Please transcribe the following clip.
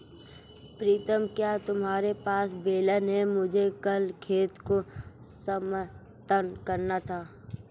प्रीतम क्या तुम्हारे पास बेलन है मुझे कल खेत को समतल करना है?